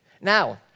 Now